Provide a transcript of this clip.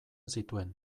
zituen